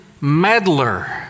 meddler